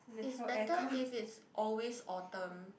is better if it's always autumn